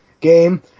game